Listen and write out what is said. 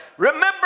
Remember